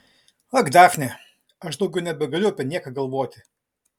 ak dafne aš daugiau nebegaliu apie nieką galvoti